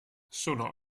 sono